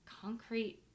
concrete